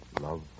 love